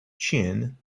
chin